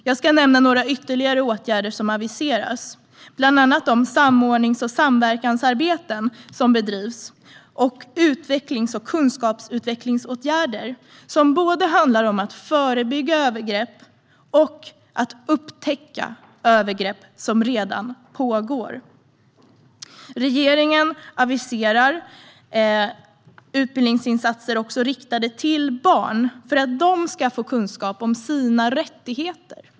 Jag ska nämna ytterligare några åtgärder som aviseras, bland annat de samordnings och samverkansarbeten som bedrivs och de utvecklings och kunskapsutvecklingsåtgärder som handlar om att både förebygga övergrepp och upptäcka övergrepp som redan pågår. Regeringen aviserar även utbildningsinsatser riktade till barn för att de ska få kunskap om sina rättigheter.